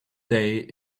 day